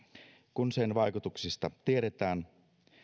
kun sen vaikutuksista tiedetään